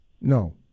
no